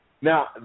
Now